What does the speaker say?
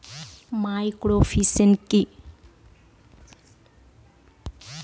Microfinance কি?